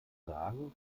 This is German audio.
sagen